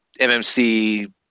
MMC